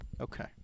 Okay